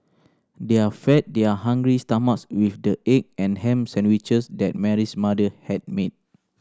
their fed their hungry stomachs with the egg and ham sandwiches that Mary's mother had made